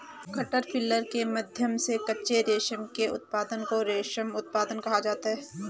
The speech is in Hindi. कैटरपिलर के माध्यम से कच्चे रेशम के उत्पादन को रेशम उत्पादन कहा जाता है